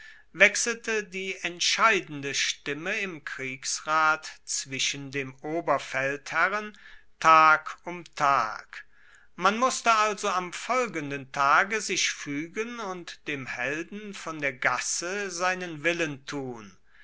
wechselte die entscheidende stimme im kriegsrat zwischen dem oberfeldherren tag um tag man musste also am folgenden tage sich fuegen und dem helden von der gasse seinen willen tun